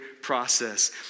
process